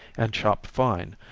and chopped fine,